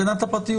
הגנת הפרטיות,